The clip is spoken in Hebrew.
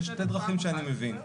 יש שתי דרכים שאני מבין,